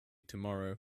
tomorrow